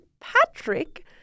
Patrick